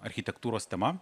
architektūros tema